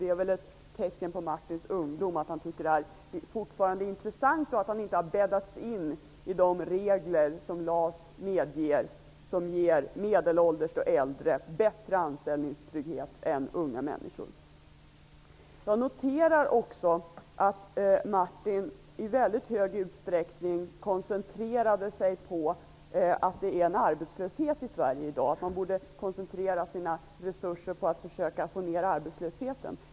Det är väl ett tecken på Martin Nilssons ungdom att han fortfarande tycker att detta är intressant och att han inte har ''bäddats in'' i de regler i LAS som ger medelålders och äldre bättre anställningstrygghet än unga människor. Jag noterar också att Martin Nilsson i väldigt hög utsträckning koncentrerade sig på att det råder arbetslöshet i Sverige i dag och på att man borde koncentrera resurserna på att försöka få ned denna arbetslöshet.